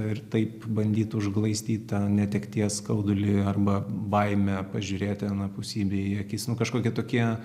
ir taip bandytų užglaistyt tą netekties skaudulį arba baimę pažiūrėti anapusybei į akis nu kažkokie tokie